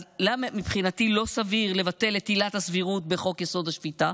אז למה מבחינתי לא סביר לבטל את עילת הסבירות בחוק-יסוד: השפיטה?